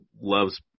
loves